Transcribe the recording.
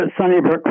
Sunnybrook